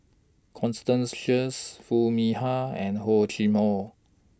Constance Sheares Foo Mee Har and Hor Chim Or